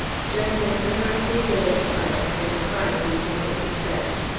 just as inarticulate to us and crying as if it was a creche.